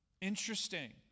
Interesting